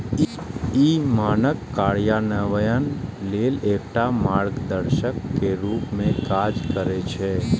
ई मानक कार्यान्वयन लेल एकटा मार्गदर्शक के रूप मे काज करै छै